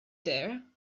there